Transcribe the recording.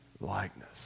likeness